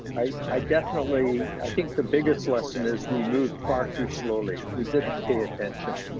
i i definitely, i think the biggest lesson is we moved far too slowly. we didn't pay attention.